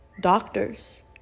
Doctors